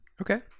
Okay